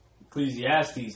Ecclesiastes